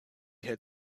had